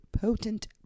potent